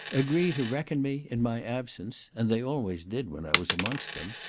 agree to reckon me, in my absence, and they always did, when i was amongst them,